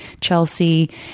Chelsea